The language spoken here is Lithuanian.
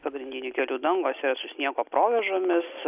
pagrindinių kelių dangos yra su sniego provėžomis